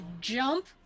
jump